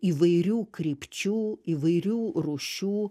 įvairių krypčių įvairių rūšių